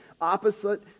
opposite